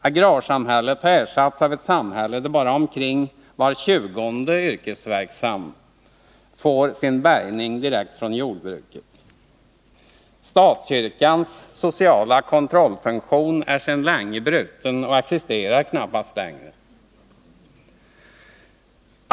Agrarsamhället har ersatts av ett samhälle där bara omkring var tjugonde yrkesverksam får sin bärgning direkt från jordbruket. Statskyrkans sociala kontrollfunktion är sedan länge bruten och existerar knappast längre.